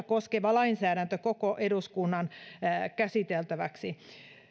koskeva lainsäädäntö koko eduskunnan käsiteltäväksi